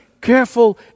careful